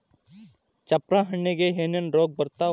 ಚಪ್ರ ಹಣ್ಣಿಗೆ ಏನೇನ್ ರೋಗ ಬರ್ತಾವ?